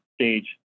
stage